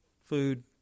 Food